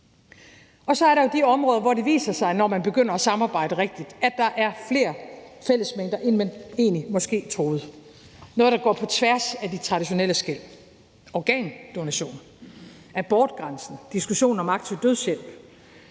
Så er der jo de områder, hvor det viser sig, når man begynder at samarbejde rigtigt, at der er flere fællesmængder, end man måske egentlig troede, altså noget, der går på tværs af de traditionelle skel: Organdonationer, abortgrænsen, diskussionen om aktiv dødshjælp.